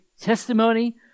testimony